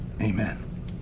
amen